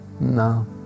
No